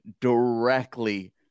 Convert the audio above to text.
directly